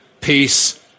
peace